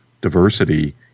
diversity